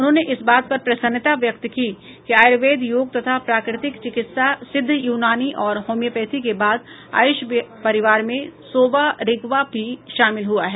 उन्होंने इस बात पर प्रसन्नता व्यक्त की कि आयुर्वेद योग तथा प्राक्र तिक चिकित्सा सिद्ध यूनानी और होम्योपैथी के बाद आयुष परिवार में सोवा रिगपा भी शामिल हुआ है